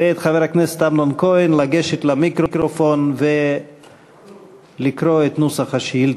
ואת חבר הכנסת אמנון כהן לגשת למיקרופון ולקרוא את נוסח השאילתה.